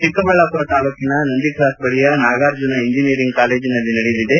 ಚಿಕ್ಕಬಳ್ಳಾಮರ ತಾಲೂಕಿನ ನಂದಿಕ್ರಾಸ್ ಬಳಿಯ ನಾಗಾರ್ಜುನ ಇಂಜಿನಿಯರಿಂಗ್ ಕಾಲೇಜಿನಲ್ಲಿ ನಡೆಯಲಿದೆ